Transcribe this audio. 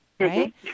right